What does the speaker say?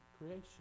creation